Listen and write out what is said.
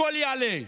הכול יעלה.